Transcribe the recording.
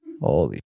holy